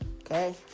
okay